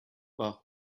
but